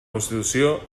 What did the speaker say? constitució